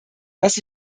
dass